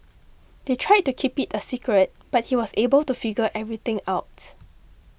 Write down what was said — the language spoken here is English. they tried to keep it a secret but he was able to figure everything out